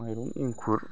माइरं एंखुर